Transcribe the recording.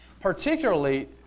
particularly